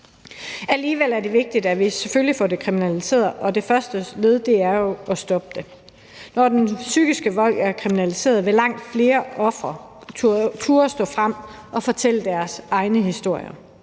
Alligevel er det vigtigt, at vi selvfølgelig får det kriminaliseret, og det første led er jo at stoppe det. Når den psykiske vold er kriminaliseret, vil langt flere ofre turde stå frem og fortælle deres egne historier.